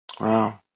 Wow